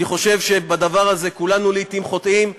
אני חושב שבדבר הזה כולנו חוטאים לעתים,